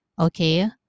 okay